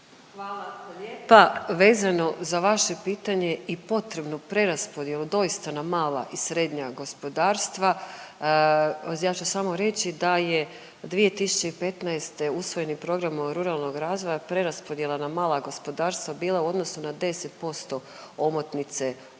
vam lijepa, vezano za vaše pitanje i potrebnu preraspodjelu doista na mala i srednja gospodarstva, ja ću samo reći da je 2015. usvojeni Program ruralnog razvoja, preraspodjela na mala gospodarstva bila u odnosu na 10% omotnice